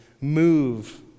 move